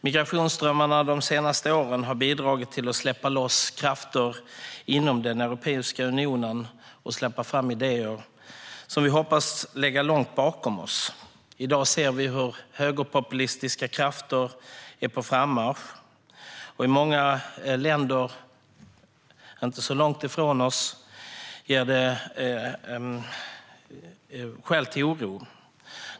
Migrationsströmmarna de senaste åren har bidragit till att släppa loss krafter och idéer inom Europeiska unionen som vi hoppas lägga långt bakom oss. I dag ser vi hur högerpopulistiska krafter är på frammarsch. I många länder, inte så långt från oss, ger det skäl till oro.